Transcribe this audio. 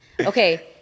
okay